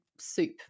soup